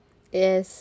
yes